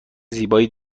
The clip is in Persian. زیبایی